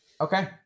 Okay